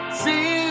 see